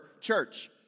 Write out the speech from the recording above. church